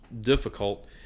difficult